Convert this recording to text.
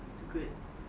good